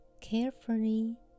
carefully